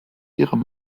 ihrem